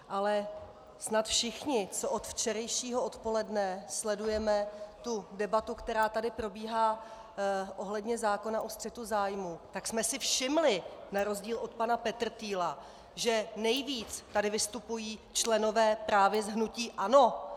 Ale snad všichni, co od včerejšího odpoledne sledujeme tu debatu, která tady probíhá ohledně zákona o střetu zájmů, jsme si všimli, na rozdíl od pana Petrtýla, že nejvíc tady vystupují členové právě z hnutí ANO.